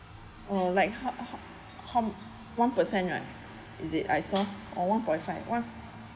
or like how how how one percent right is it I saw or one point five one